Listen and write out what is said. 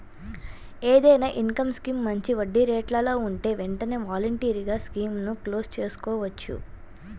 ఏదైనా income scheme మంచి వడ్డీరేట్లలో ఉంటే వెంటనే వాలంటరీగా స్కీముని క్లోజ్ చేసుకోవచ్చు